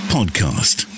Podcast